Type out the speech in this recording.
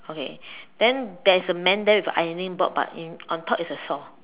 okay then there is a man there with a ironing board but in on top is a saw